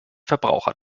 verbraucher